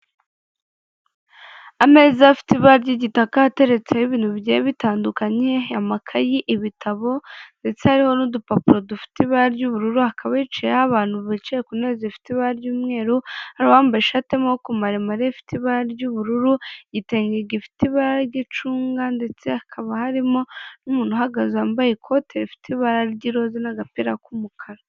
Ameza afite ibara ry'igitaka yateretseho ibintu bigiye bitandukanye amakayi, ibitabo ndetse hariho n'udupapuro dufite ibara ry'ubururu, hakaba hiciyeho abantu bicaye ku ntebe zi ifite ibara ry'umweru hari abambaye ishati y'amaboko maremare ifite ibara ry'ubururu igitenge gifite ibara ry'icunga ndetse hakaba harimo n'umuntu uhagaze wambaye ikote rifite ibara ry'iroza n'agapira k'umukara.